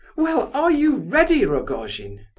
well, are you ready, rogojin?